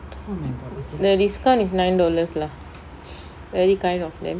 the discount is nine dollars lah very kind of them